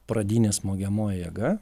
pradinė smogiamoji jėga